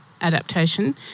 adaptation